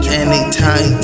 anytime